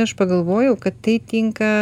aš pagalvojau kad tai tinka